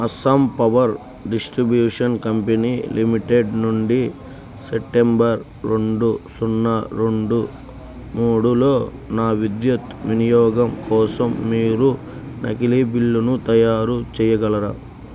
Assam power distribution company limited నుండి September రెండు సున్నా రెండు మూడులో నా విద్యుత్ వినియోగం కోసం మీరు నకిలీ బిల్లును తయారు చేయగలరా